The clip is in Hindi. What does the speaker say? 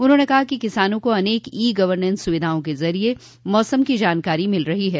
उन्होंने कहा कि किसानों को अनेक ई गवर्नेंस सुविधाओं के जरिए मौसम की जानकारी मिल रही है